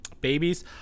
babies